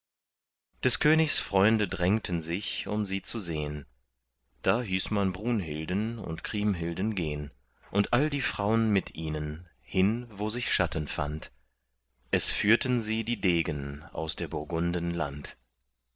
des königs freunde drängten sich um sie zu sehn da hieß man brunhilden und kriemhilden gehn und all die fraun mit ihnen hin wo sich schatten fand es führten sie die degen aus der burgunden land